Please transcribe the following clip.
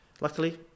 Luckily